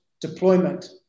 deployment